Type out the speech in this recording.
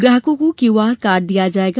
ग्राहकों को Q R card दिया जाएगा